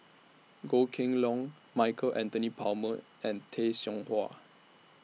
Goh Kheng Long Michael Anthony Palmer and Tay Seow Huah